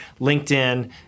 LinkedIn